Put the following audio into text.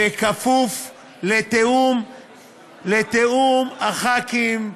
בכפוף לתיאום חברי הכנסת,